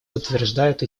подтверждают